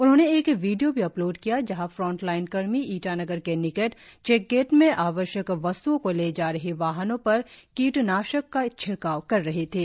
उन्होंने एक वीडियो भी अपलोड किया जहाँ फ्रंटलाइन कर्मी ईटानगर के निकट चैक गेट में आवश्यक वस्त्ओं को ले जा रही वाहनों पर कीटाण्नाशक का छिड़काव कर रही थी